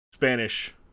Spanish